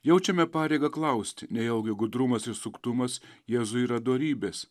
jaučiame pareigą klausti nejaugi gudrumas ir suktumas jėzui yra dorybės